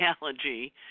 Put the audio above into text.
analogy